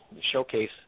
showcase